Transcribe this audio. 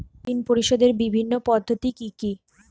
ঋণ পরিশোধের বিভিন্ন পদ্ধতি কি কি?